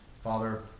father